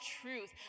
truth